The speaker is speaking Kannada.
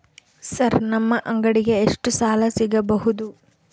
ಸರ್ ನಮ್ಮ ಅಂಗಡಿಗೆ ಎಷ್ಟು ಸಾಲ ಸಿಗಬಹುದು?